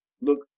look